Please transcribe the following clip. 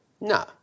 No